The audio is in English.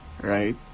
right